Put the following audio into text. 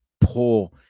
poor